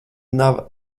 nav